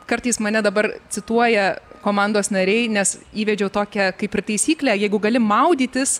kartais mane dabar cituoja komandos nariai nes įvedžiau tokią kaip ir taisyklę jeigu gali maudytis